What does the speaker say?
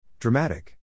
Dramatic